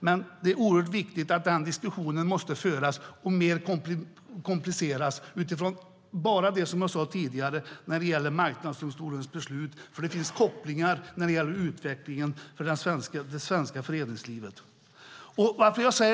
Men det är oerhört viktigt att den diskussionen måste föras och mer kompliceras utifrån det jag sade tidigare om Marknadsdomstolens beslut. Det finns kopplingar till utvecklingen av det svenska föreningslivet.